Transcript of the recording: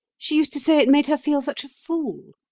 she used to say it made her feel such a fool.